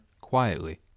quietly